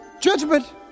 Judgment